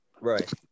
Right